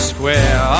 Square